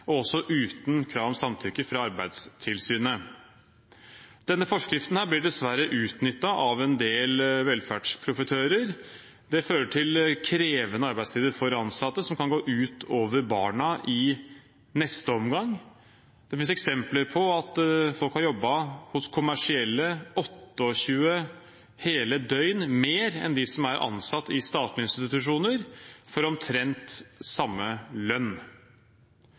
krav om samtykke fra Arbeidstilsynet. Denne forskriften blir dessverre utnyttet av en del velferdsprofitører. Det fører til krevende arbeidstider for ansatte, som kan gå ut over barna i neste omgang. Det finnes eksempler på at folk har jobbet hos kommersielle i 28 hele døgn mer enn dem som er ansatt i statlige institusjoner, for omtrent samme lønn.